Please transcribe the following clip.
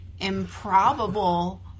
improbable